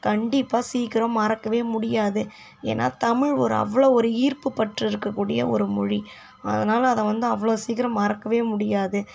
கண்டிப்பாக சீக்கிரம் மறக்க முடியாது ஏன்னா தமிழ் ஒரு அவ்வளோ ஒரு ஈர்ப்புப்பற்று இருக்கக்கூடிய ஒரு மொழி அதனால அதை வந்து அவ்வளோ சீக்கிரம் மறக்க முடியாது